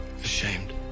ashamed